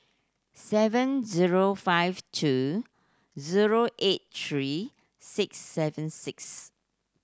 seven zero five two zero eight three six seven six